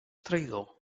traïdor